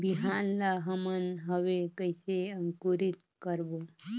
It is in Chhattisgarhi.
बिहान ला हमन हवे कइसे अंकुरित करबो?